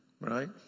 right